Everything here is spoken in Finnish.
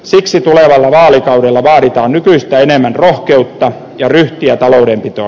siksi tulevalla vaalikaudella vaaditaan nykyistä enemmän rohkeutta ja ryhtiä taloudenpitoon